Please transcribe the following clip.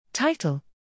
Title